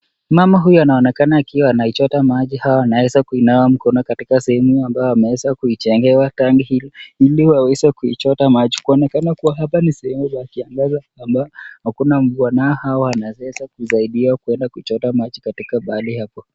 Mama huyu anaonekana akiwa anachota maji au anaweza kunawa mikono katika sehemu hii ambayo wameweza kuijengewa tanki hili, ili waweze kuichota maji. Inajulikana kuwa hapa ni sehemu ya kiangazi ambapo hakuna mvua na hawa wanaezakusaidia kuenda kuchota maji mahali hapo.